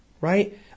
right